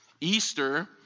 Easter